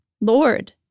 Lord